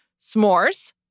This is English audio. s'mores